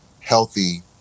healthy